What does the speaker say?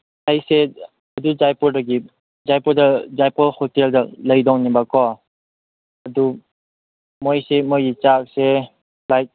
ꯑꯩꯁꯦ ꯑꯗꯨ ꯖꯥꯏꯄꯨꯔꯗꯒꯤ ꯖꯥꯏꯄꯨꯔꯗ ꯖꯥꯏꯄꯨꯔ ꯍꯣꯇꯦꯜꯗ ꯂꯩꯗꯧꯅꯤꯕꯀꯣ ꯑꯗꯨ ꯃꯣꯏꯁꯦ ꯃꯣꯏꯒꯤ ꯆꯥꯛꯁꯦ ꯂꯥꯏꯛ